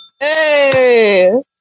Hey